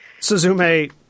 Suzume